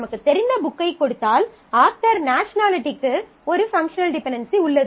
நமக்குத் தெரிந்த புக்கைக் கொடுத்தால் ஆத்தர் நேஷனலிட்டிக்கு ஒரு பங்க்ஷனல் டிபென்டென்சி உள்ளது